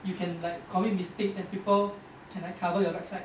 you can like commit mistakes and people can like cover your backside